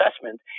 assessment